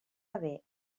haver